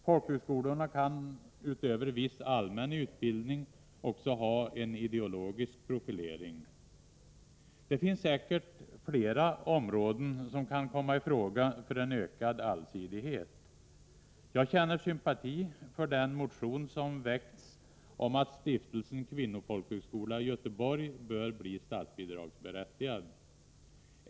Folkhögskolorna kan utöver att omfatta viss allmän utbildning också ha en ideologisk profilering. Det finns säkert flera områden som kan komma i fråga för en ökad allsidighet. Jag känner sympati för den motion som väckts om att Stiftelsen Kvinnofolkhögskola i Göteborg bör bli statsbidragsberättigad.